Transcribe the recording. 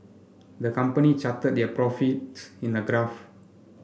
the company charted their profits in a graph